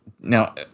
Now